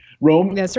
Rome